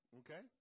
okay